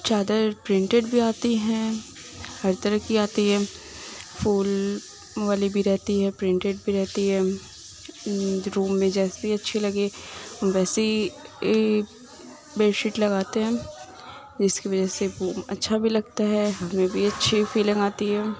چادر پرنٹڈ بھی آتی ہیں ہر طرح کی آتی ہے پھول والی بھی رہتی ہے پرنٹڈ بھی رہتی ہے روم میں جیسی اچھی لگے ویسی بیڈ شیٹ لگاتے ہیں جس کی وجہ سے ووم اچھا بھی لگتا ہے ہمیں بھی اچھی فیلنگ آتی ہے